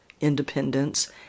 independence